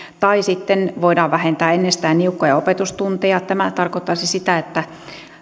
tai sitten voidaan vähentää ennestään niukkoja opetustunteja tämä tarkoittaisi sitä että